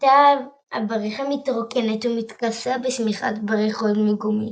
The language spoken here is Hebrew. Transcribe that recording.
היתה הברכה מתרוקנת ומתכסה בשמיכת ברכות מגומי.